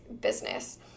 business